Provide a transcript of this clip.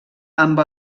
amb